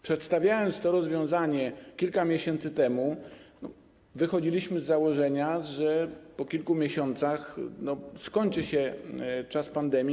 Przedstawiając to rozwiązanie kilka miesięcy temu, wychodziliśmy z założenia, że po kilku miesiącach skończy się czas pandemii.